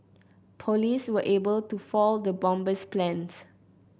police were able to foil the bomber's plans